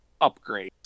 upgrades